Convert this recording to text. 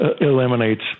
eliminates